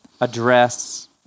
address